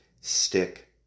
Stick